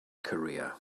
career